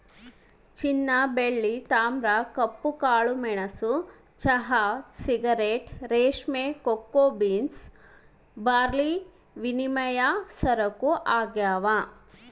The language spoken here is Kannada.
ಚಿನ್ನಬೆಳ್ಳಿ ತಾಮ್ರ ಉಪ್ಪು ಕಾಳುಮೆಣಸು ಚಹಾ ಸಿಗರೇಟ್ ರೇಷ್ಮೆ ಕೋಕೋ ಬೀನ್ಸ್ ಬಾರ್ಲಿವಿನಿಮಯ ಸರಕು ಆಗ್ಯಾವ